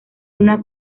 una